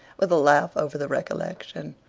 with a laugh over the recollection.